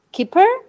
Keeper